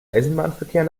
eisenbahnverkehr